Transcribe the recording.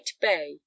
bay